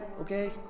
okay